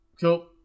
Cool